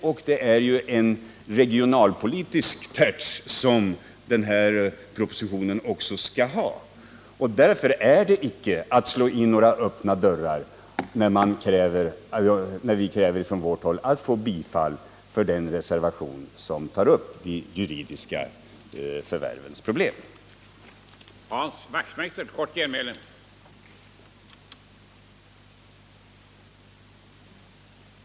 Och det är ju en regionalpolitisk touche som den här propositionen också skall ha. Det är icke att slå in några öppna dörrar, när vi från socialdemokratiskt håll kräver att få riksdagens bifall till en reservation som markerar denna inställning i tillämpningen när det gäller juridiska personers markförvärv.